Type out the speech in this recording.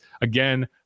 Again